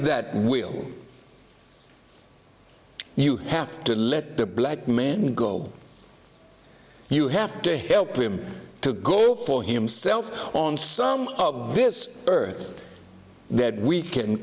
that will you have to let the black man go you have to help him to go for himself on some of this earth that we can